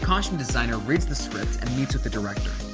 costume designer reads the script and meets with the director.